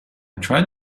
tried